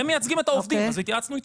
הם מייצגים את העובדים אז התייעצנו איתם.